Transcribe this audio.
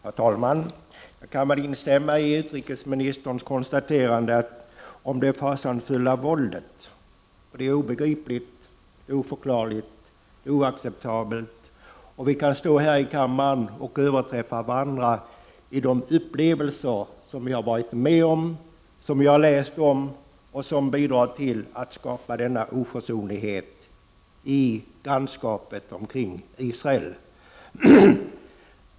Herr talman! Jag kan instämma i utrikesministerns konstaterande om det fasansfulla våldet. Det är obegripligt, oförklarligt och oacceptabelt. Vi kan stå här i kammaren och överträffa varandra med de upplevelser som vi har varit med om, som vi har läst om och som bidrar till att skapa denna oförsonlighet i grannskapet omkring Israel.